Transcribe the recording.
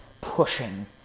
pushing